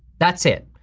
that's it,